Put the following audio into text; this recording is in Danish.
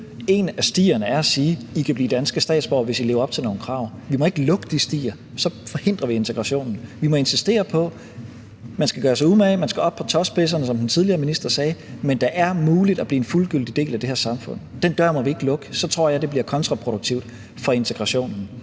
En af stierne er at sige: I kan blive danske statsborgere, hvis I lever op til nogle krav. Vi må ikke lukke de stier, for så forhindrer vi integrationen. Vi må insistere på, at man skal gøre sig umage, at man skal op på tåspidserne, som den tidligere minister sagde, men det er muligt at blive en fuldgyldig del af det her samfund. Den dør må vi ikke lukke, for så tror jeg, det bliver kontraproduktivt for integrationen